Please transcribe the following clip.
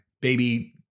baby